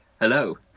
Hello